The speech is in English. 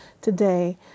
today